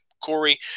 Corey